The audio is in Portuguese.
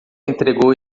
entregou